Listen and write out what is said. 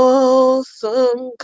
Awesome